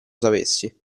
sapessi